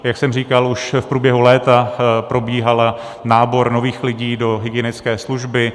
Jak jsem říkal, už v průběhu léta probíhal nábor nových lidí do hygienické služby.